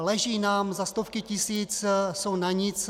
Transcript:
Leží nám za stovky tisíc, jsou na nic.